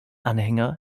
anhänger